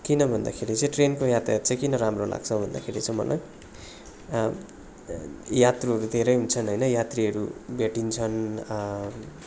किन भन्दाखेरि चाहिँ ट्रेनको यातायात चाहिँ किन राम्रो लाग्छ भन्दाखेरि चाहिँ मलाई यात्रुहरू धेरै हुन्छन् होइन यात्रीहरू भेटिन्छन्